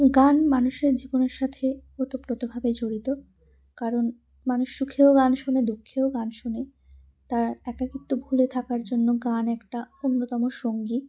গান মানুষের জীবনের সাথে ওতপ্রোতভাবে জড়িত কারণ মানুষ সুখেও গান শোনে দুঃখেও গান শোনে তার একাকিত্ব ভুলে থাকার জন্য গান একটা অন্যতম সঙ্গী